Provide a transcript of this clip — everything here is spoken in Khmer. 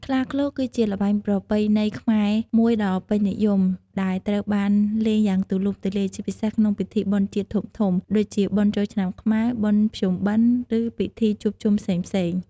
ខ្លាឃ្លោក គឺជាល្បែងប្រពៃណីខ្មែរមួយដ៏ពេញនិយម ដែលត្រូវបានលេងយ៉ាងទូលំទូលាយ ជាពិសេសក្នុងពិធីបុណ្យជាតិធំៗ ដូចជាបុណ្យចូលឆ្នាំខ្មែរ បុណ្យភ្ជុំបិណ្ឌ ឬពិធីជួបជុំផ្សេងៗ។